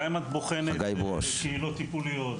גם את בוחנת קהילות טיפוליות,